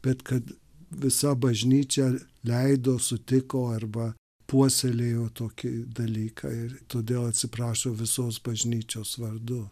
bet kad visa bažnyčia leido sutiko arba puoselėjo tokį dalyką ir todėl atsiprašo visos bažnyčios vardu